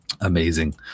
Amazing